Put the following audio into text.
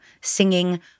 singing